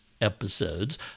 episodes